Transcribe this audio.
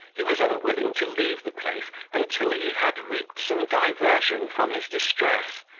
he was unwilling to leave the place until he had reaped some diversion from his distress,